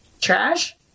Trash